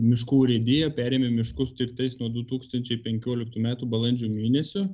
miškų urėdija perėmė miškus tiktais nuo du tūkstančiai penkioliktų metų balandžio mėnesio